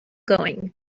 going